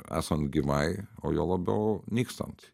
esant gyvai o juo labiau nykstant